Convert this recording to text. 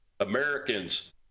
Americans